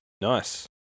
Nice